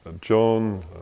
John